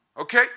Okay